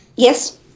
Yes